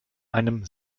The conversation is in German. einem